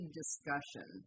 discussion